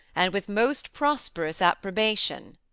and with most prosperous approbation.